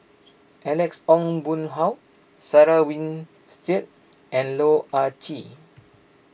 Alex Ong Boon Hau Sarah Winstedt and Loh Ah Chee